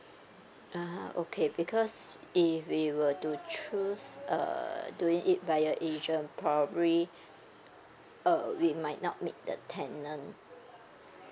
ah okay because if we were to choose uh doing it via agent probably uh we might not meet the tenant